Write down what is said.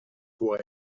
pour